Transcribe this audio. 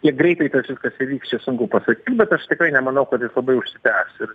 kiek greitai tas viskas įvyks čia sunku pasakyt bet aš tikrai nemanau kad jis labai užsitęs ir